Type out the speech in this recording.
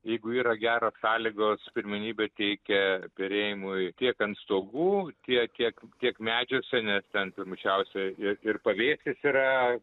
jeigu yra geros sąlygos pirmenybę teikia perėjimui tiek ant stogų tiek kiek tiek medžiuose nes ten pirmučiausia ir ir pavėsis yra